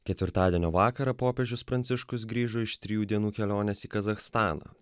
ketvirtadienio vakarą popiežius pranciškus grįžo iš trijų dienų kelionės į kazachstaną